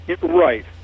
Right